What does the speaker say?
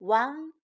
one